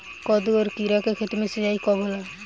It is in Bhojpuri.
कदु और किरा के खेती में सिंचाई कब होला?